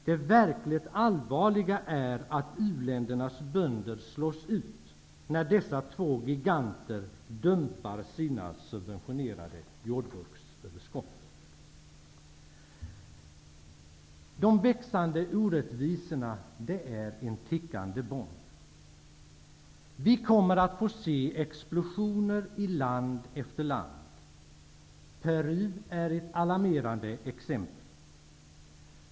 Det verkligt allvarliga är att när dessa två giganter dumpar sina subventionerade jordbruksöverskott, slås u-ländernas bönder ut. De växande orättvisorna är en tickande bomb. Vi kommer att få se explosioner i land efter land. Peru är ett alarmerande exempel.